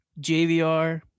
JVR